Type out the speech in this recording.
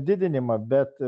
didinimą bet